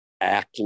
act